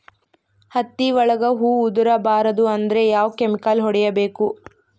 ಹತ್ತಿ ಒಳಗ ಹೂವು ಉದುರ್ ಬಾರದು ಅಂದ್ರ ಯಾವ ಕೆಮಿಕಲ್ ಹೊಡಿಬೇಕು?